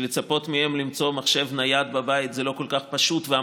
שלצפות מהם למצוא מחשב נייד בבית זה לא כל כך פשוט,